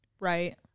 Right